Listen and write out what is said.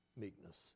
meekness